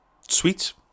sweets